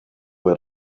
had